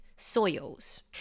soils